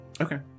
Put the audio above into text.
Okay